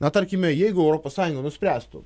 na tarkime jeigu europos sąjunga nuspręstų